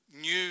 new